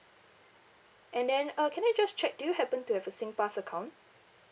and then uh can I just check do you happen to have a singpass account